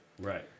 Right